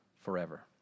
forever